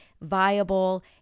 viable